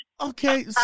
okay